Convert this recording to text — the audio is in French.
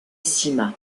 sima